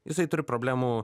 jisai turi problemų